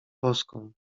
boską